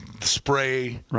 spray